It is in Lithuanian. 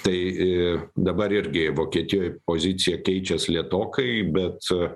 tai dabar irgi vokietijoj pozicija keičias lėtokai bet